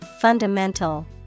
fundamental